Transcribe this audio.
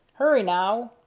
hurry, now!